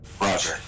Roger